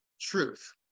truth